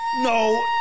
No